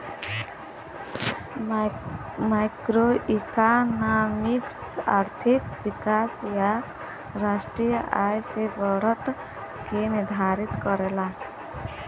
macroeconomics आर्थिक विकास या राष्ट्रीय आय में बढ़त के निर्धारित करला